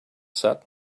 said